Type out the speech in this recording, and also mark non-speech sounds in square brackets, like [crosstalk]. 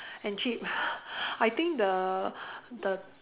and cheap [laughs] I think the the